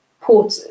port